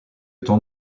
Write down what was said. temps